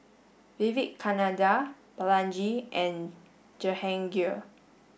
Vivekananda Balaji and Jehangirr